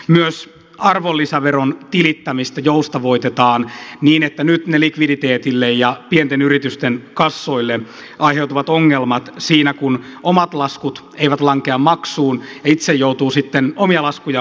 myös arvonlisäveron tilittämistä joustavoitetaan niin että nyt ne likviditeetille ja pienten yritysten kassoille aiheutuvat ongelmat siinä kun omat laskut eivät lankea maksuun ja itse joutuu sitten omia laskujaan maksamaan saadaan poistettua